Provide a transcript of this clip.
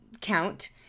count